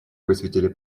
высветили